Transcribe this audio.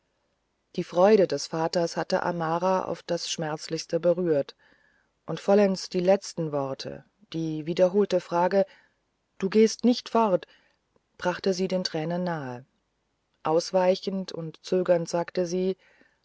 die freude des vaters hatte amara auf das schmerzlichste berührt und vollends die letzten worte die wiederholte frage du gehst nicht fort brachte sie den tränen nahe ausweichend und zögernd sagte sie